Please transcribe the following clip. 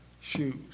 shoes